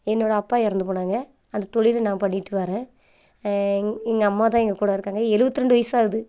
என்னோடய அப்பா இறந்து போனாங்க அந்த தொழில நான் பண்ணிட்டு வரேன் எங்கள் அம்மா தான் எங்கள் கூட இருக்காங்க எழுவத்தி ரெண்டு வயது ஆகுது